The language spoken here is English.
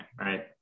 right